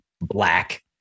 black